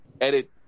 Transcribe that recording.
edit